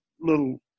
little